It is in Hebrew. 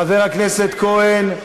חבר הכנסת כהן.